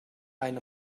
eine